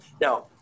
Now